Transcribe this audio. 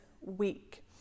week